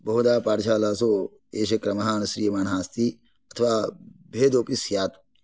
बहुधा पाठशालासु एषः क्रमः अनुष्ठीयमानः अस्ति अथवा भेदोपि स्यात्